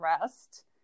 rest